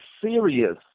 serious